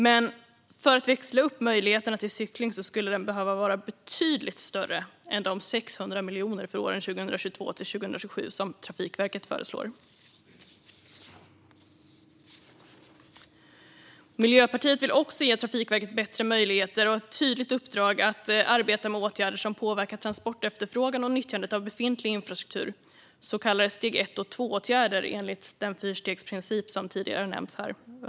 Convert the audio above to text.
Men för att växla upp möjligheterna till cykling skulle den behöva vara betydligt större än de 600 miljoner kronor för åren 2022-2027 som Trafikverket föreslår. Miljöpartiet vill också ge Trafikverket bättre möjligheter och ett tydligt uppdrag att arbeta med åtgärder som påverkar transportefterfrågan och nyttjandet av befintlig infrastruktur, så kallade steg 1 och steg 2-åtgärder enligt den fyrstegsprincip som tidigare har nämnts här.